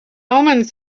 omens